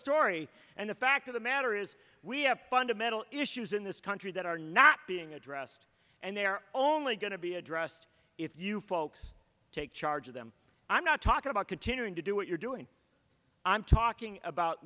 story and the fact of the matter is we have fundamental issues in this country that are not being addressed and they're only going to be addressed if you folks take charge of them i'm not talking about continuing to do what you're doing i'm talking about